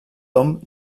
dom